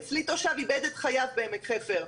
אצלי תושב איבד את חייו בעמק חפר.